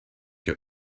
your